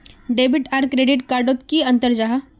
Debit आर credit card डोट की अंतर जाहा?